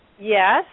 Yes